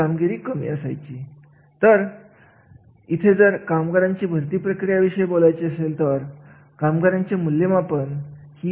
जेव्हा आपण संस्थेच्या रचनेविषयी बोलत असतो तर संस्थेची रचना म्हणजे